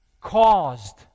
caused